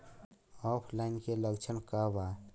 ऑफलाइनके लक्षण क वा?